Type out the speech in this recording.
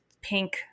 pink